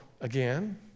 again